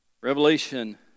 Revelation